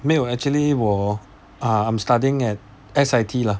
没有 actually 我 I'm studying at S_I_T lah